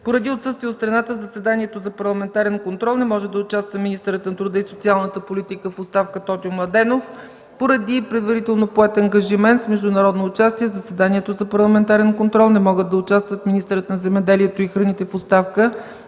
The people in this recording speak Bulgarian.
Поради отсъствие от страната, в заседанието за парламентарен контрол не може да участва министърът на труда и социалната политика в оставка Тотю Младенов. Поради предварително поет ангажимент с международно участие, в заседанието за парламентарен контрол не могат да участват министърът на земеделието и храните в оставка